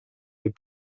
les